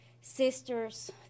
sisters